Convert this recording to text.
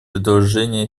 предложения